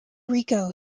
rico